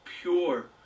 pure